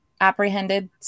apprehended